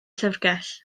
llyfrgell